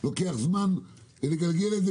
לוקח זמן לגלגל את זה,